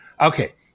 Okay